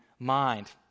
mind